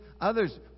others